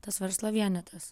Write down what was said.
tas verslo vienetas